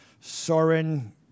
Soren